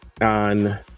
on